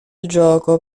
gioco